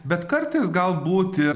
bet kartais galbūt ir